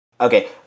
Okay